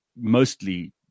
mostly